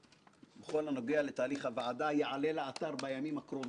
שהוציאו הבנקים וכל המערכות הכלכליות.